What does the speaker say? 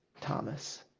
Thomas